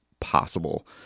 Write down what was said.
Possible